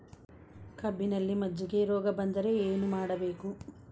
ಕಬ್ಬಿನಲ್ಲಿ ಮಜ್ಜಿಗೆ ರೋಗ ಬಂದರೆ ಏನು ಮಾಡಬೇಕು?